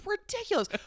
ridiculous